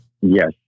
yes